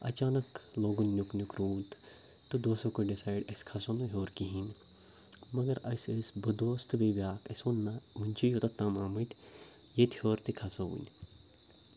اچانک لوگُن نیُک نیُک روٗد تہٕ دوستو کوٚر ڈِسایڈ أسۍ کھَسو نہٕ ہیوٚر کِہیٖنۍ مگر أسۍ ٲسۍ بہٕ دوس تہٕ بیٚیہِ بیٛاکھ اَسہِ ووٚن نہ وۄنۍ چھِ یوٚتَتھ تام آمٕتۍ ییٚتہِ ہیوٚر تہِ کھَسو وٕنہِ